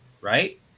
Right